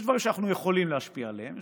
יש דברים שאנחנו יכולים להשפיע עליהם,